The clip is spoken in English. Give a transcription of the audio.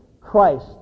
Christ